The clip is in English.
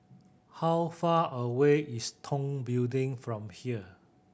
how far away is Tong Building from here